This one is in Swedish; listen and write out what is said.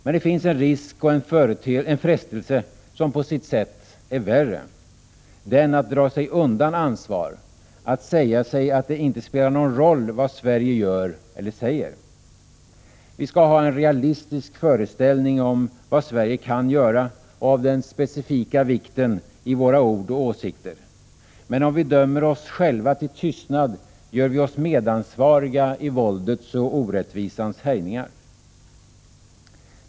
Men det finns en risk och en frestelse som på sitt sätt är värre: den att dra sig undan ansvar, att säga sig att det inte spelar någon roll vad Sverige gör eller säger. Vi skall ha en realistisk föreställning om vad Sverige kan göra och om den specifika vikten i våra ord och åsikter. Men om vi dömer oss själva till tystnad, gör vi oss medansvariga i våldets och orättvisans härjningar.